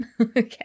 Okay